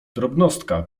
drobnostka